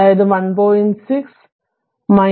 അതായതു 1